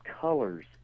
colors